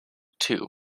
two